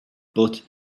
but